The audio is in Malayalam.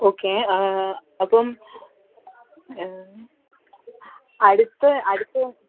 ഓക്കെ അപ്പം അടുത്ത അടുത്ത